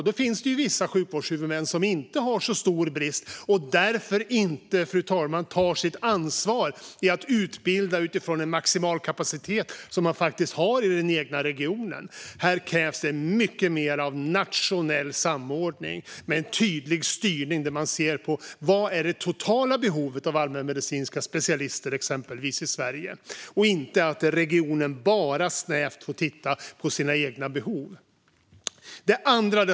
Det finns vissa sjukvårdshuvudmän som inte har så stor brist och som därför inte, fru talman, tar sitt ansvar i att utbilda utifrån den maximala kapacitet som de faktiskt har i den egna regionen. Här krävs det mycket mer av nationell samordning med en tydlig styrning där man ser på det totala behovet i Sverige av exempelvis allmänmedicinska specialister i stället för att regioner bara snävt får titta på sina egna behov.